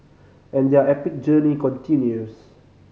and their epic journey continues